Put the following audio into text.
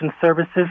services